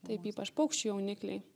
taip ypač paukščių jaunikliai